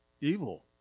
evil